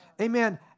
Amen